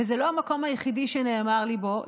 וזה לא המקום היחיד שנאמר לי בו,